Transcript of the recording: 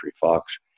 fox